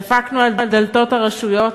דפקנו על דלתות הרשויות,